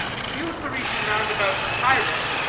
in view of the region round about cairo,